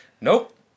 Nope